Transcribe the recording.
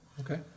Okay